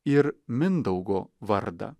ir mindaugo vardą